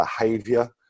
behavior